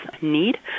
need